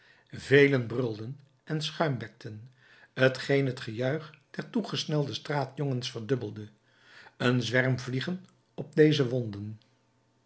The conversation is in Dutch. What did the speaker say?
velen brulden en schuimbekten t geen t gejuich der toegesnelde straatjongens verdubbelde een zwerm vliegen op deze wonden